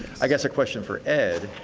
i guess a question for ed,